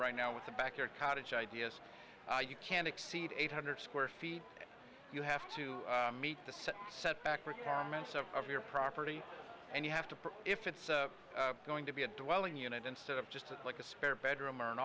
right now with the backyard cottage ideas you can't exceed eight hundred square feet you have to meet the set setback requirements of your property and you have to if it's going to be a dwelling unit instead of just like a spare bedroom or an